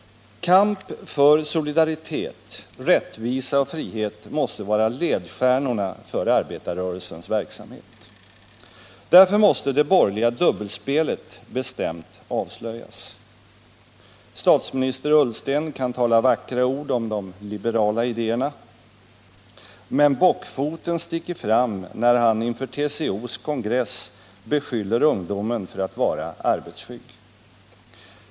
Kamp för solidaritet, rättvisa och frihet måste vara ledstjärnorna för arbetarrörelsens verksamhet. Därför måste det borgerliga dubbelspelet bestämt avslöjas. Statsminister Ullsten kan tala vackra ord om de liberala idéerna, men bockfoten sticker fram när han inför TCO:s kongress beskyller ungdomen för att vara arbetsskygg.